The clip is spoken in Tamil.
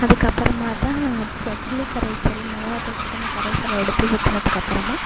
அதுக்கப்புறமாதான் புளி கரைசல் மிளகா தூள் போட்ட அந்த கரைசலை எடுத்து ஊத்துனதுக்கப்பறமா